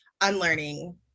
unlearning